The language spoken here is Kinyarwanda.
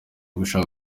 gushaka